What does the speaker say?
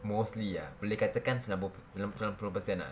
mostly ah boleh katakan sembilan puluh sembilan puluh percent ah